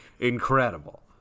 Incredible